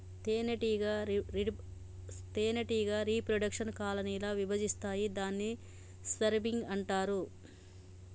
తేనెటీగ reproduction colony ల విభజిస్తాయి దాన్ని స్వర్మింగ్ అంటారు